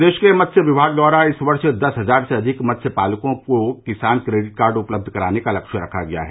प्रदेष के मत्स्य विभाग द्वारा इस वर्श दस हजार से अधिक मत्स्य पालको को किसान क्रेडिट कार्ड उपलब्ध कराने का लक्ष्य रखा गया है